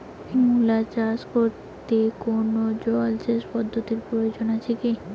মূলা চাষ করতে কোনো জলসেচ পদ্ধতির প্রয়োজন আছে কী?